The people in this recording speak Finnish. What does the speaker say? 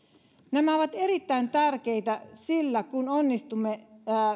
nämä ovat erittäin tärkeitä sillä kun onnistumme